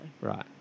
Right